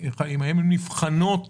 האם הן נבחנות